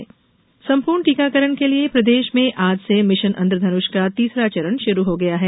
mission Indradhanush संपूर्ण टीकाकरण के लिए प्रदेश में आज से मिशन इन्द्रधनुष का तीसरा चरण शुरू हो गया है